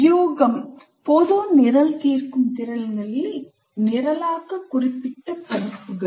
வியூகம் பொது நிரல் தீர்க்கும் திறன்களின் நிரலாக்க குறிப்பிட்ட பதிப்புகள்